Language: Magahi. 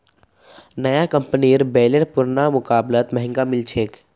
नया कंपनीर बेलर पुरना मुकाबलात महंगा मिल छेक